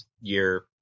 year